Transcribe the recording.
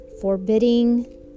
forbidding